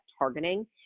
targeting